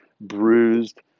bruised